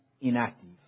inactive